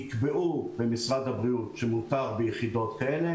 יקבעו במשרד הבריאות שמותר ביחידות כאלה,